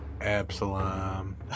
Absalom